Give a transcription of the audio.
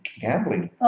gambling